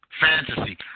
fantasy